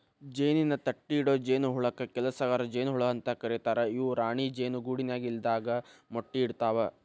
ಜೇನಿನ ತಟ್ಟಿಇಡೊ ಜೇನಹುಳಕ್ಕ ಕೆಲಸಗಾರ ಜೇನ ಹುಳ ಅಂತ ಕರೇತಾರ ಇವು ರಾಣಿ ಜೇನು ಗೂಡಿನ್ಯಾಗ ಇಲ್ಲದಾಗ ಮೊಟ್ಟಿ ಇಡ್ತವಾ